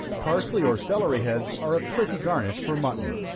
parsely or celery-heads are a pretty garnish for mutton.